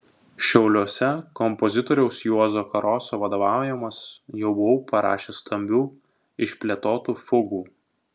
šiauliuose kompozitoriaus juozo karoso vadovaujamas jau buvau parašęs stambių išplėtotų fugų